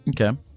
Okay